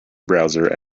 browser